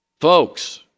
Folks